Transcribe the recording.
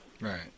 Right